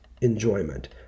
enjoyment